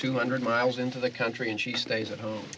two hundred miles into the country and she stays at home